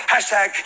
Hashtag